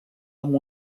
amb